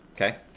Okay